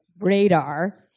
radar